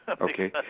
Okay